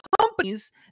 companies